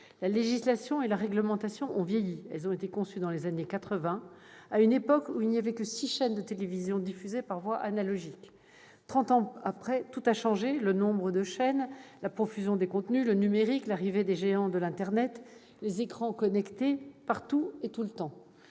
La législation et la réglementation ont vieilli. Elles ont été conçues dans les années quatre-vingt, à une époque où il n'y avait que six chaînes de télévision, diffusées par voie analogique. Trente ans après, tout a changé : le nombre de chaînes, la profusion des contenus, le numérique, l'arrivée des géants de l'internet, les écrans connectés, partout et tout le temps.